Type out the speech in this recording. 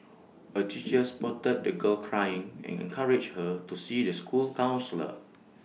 A teacher spotted the girl crying and encouraged her to see the school counsellor